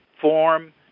form